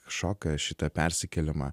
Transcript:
šoką šitą persikėlimą